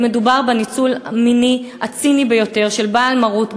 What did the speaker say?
מדובר בניצול מיני הציני ביותר של בעל מרות,